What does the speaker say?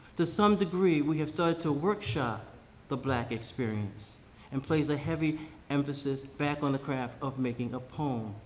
to some degree, we have started to workshop the black experience and place a heavy emphasis back on the craft of making a poem.